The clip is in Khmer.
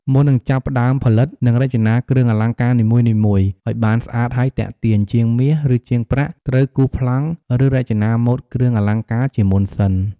មុននឹងចាប់ផ្ដើមផលិត និងរចនាគ្រឿងអលង្ការនីមួយៗអោយបានស្អាតហើយទាក់ទាញ ជាងមាស ឬជាងប្រាក់ត្រូវគូសប្លង់ ឬរចនាម៉ូដគ្រឿងអលង្ការជាមុនសិន។